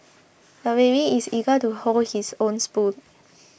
the baby is eager to hold his own spoon